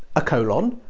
a colon,